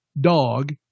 dog